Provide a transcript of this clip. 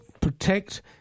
protect